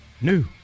New